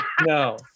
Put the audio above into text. no